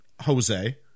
Jose